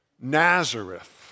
Nazareth